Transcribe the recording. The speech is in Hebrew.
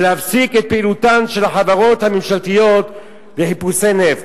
ולהפסיק את פעילותן של החברות הממשלתיות לחיפושי נפט.